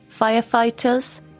firefighters